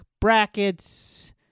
brackets